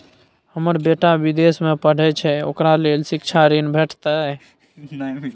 हमर बेटा विदेश में पढै छै ओकरा ले शिक्षा ऋण भेटतै?